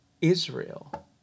Israel